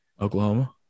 Oklahoma